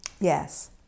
Yes